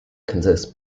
consist